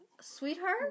Sweetheart